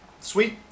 sweet